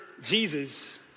Jesus